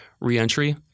reentry